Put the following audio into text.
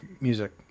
music